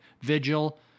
Vigil